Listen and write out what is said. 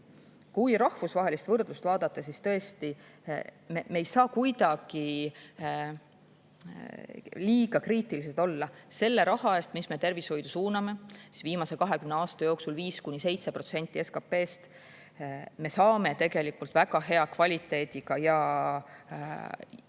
Kui rahvusvahelist võrdlust vaadata, siis tõesti me ei saa kuidagi liiga kriitilised olla. Selle raha eest, mis me tervishoidu suuname – viimase 20 aasta jooksul 5–7% SKP‑st –, me saame tegelikult väga hea kvaliteediga teenused